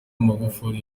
magufuli